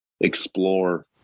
explore